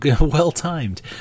well-timed